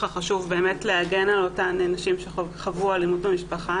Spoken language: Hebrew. החשוב להגן על אותן נשים שחוו אלימות במשפחה.